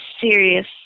serious